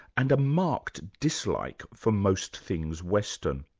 and a marked dislike for most things western.